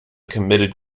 committed